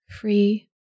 free